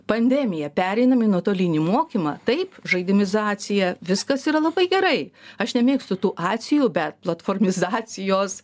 pandemija pereinam į nuotolinį mokymą taip žaidimizacija viskas yra labai gerai aš nemėgstu tų acijų bet platformizacijos